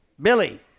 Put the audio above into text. Billy